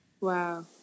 Wow